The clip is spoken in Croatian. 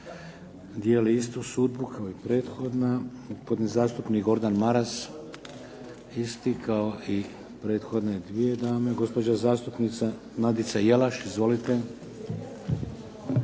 Dijeli istu sudbu kao i prethodna. Gospodin zastupnik Gordan Maras. Isti kao i prethodne dvije dame. Gospođa zastupnica Nadica Jelaš. Izvolite.